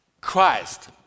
Christ